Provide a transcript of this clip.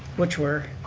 which were